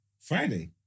Friday